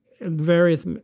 various